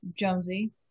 Jonesy